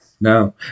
No